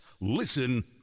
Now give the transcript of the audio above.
listen